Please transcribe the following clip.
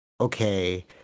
okay